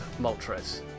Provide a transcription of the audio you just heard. Moltres